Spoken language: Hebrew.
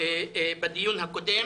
בדיון הקודם,